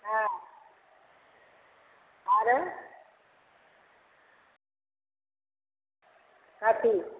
हँ आरो अथी